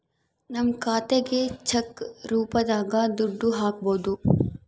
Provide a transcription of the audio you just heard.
ನಮ್ ಖಾತೆಗೆ ಚೆಕ್ ರೂಪದಾಗ ದುಡ್ಡು ಹಕ್ಬೋದು